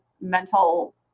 mental